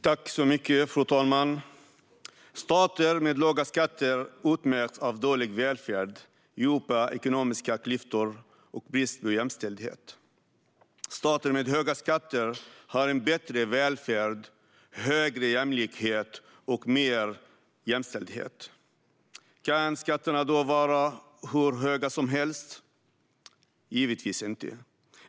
Fru talman! Stater med låga skatter utmärks av dålig välfärd, djupa ekonomiska klyftor och brist på jämställdhet. Stater med höga skatter har en bättre välfärd, högre jämlikhet och mer av jämställdhet. Kan skatterna då vara hur höga som helst? Givetvis inte.